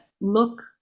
look